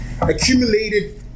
Accumulated